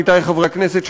עמיתי חברי הכנסת,